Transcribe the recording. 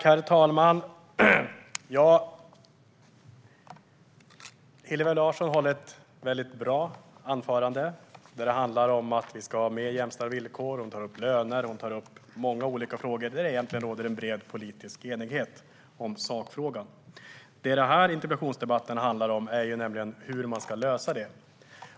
Herr talman! Hillevi Larsson höll ett väldigt bra anförande, som handlade om att vi ska ha mer jämställda villkor. Hon tog upp löner och många olika frågor där det egentligen råder bred politisk enighet om sakfrågan. Vad denna interpellationsdebatt handlar om är ju hur detta ska lösas.